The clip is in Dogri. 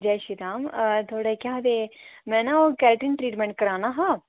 जय श्री राम थुहाड़े केह् आ में ना ओह् केटरिंग ट्रीटमेंट कराना हा